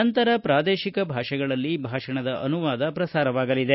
ನಂತರ ಪ್ರಾದೇಶಿಕ ಭಾಷೆಗಳಲ್ಲಿ ಭಾಷಣದ ಅನುವಾದ ಪ್ರಸಾರವಾಗಲಿದೆ